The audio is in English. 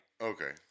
Okay